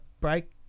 Break